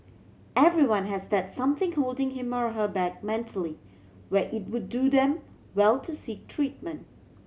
everyone has that something holding him or her back mentally where it would do them well to seek treatment